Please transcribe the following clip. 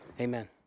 amen